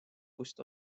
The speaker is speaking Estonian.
kust